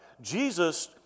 Jesus